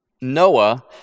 Noah